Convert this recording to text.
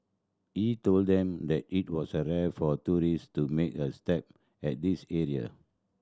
he told them that it was rare for tourists to make a step at this area